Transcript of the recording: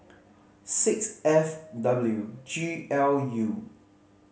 six F W G L U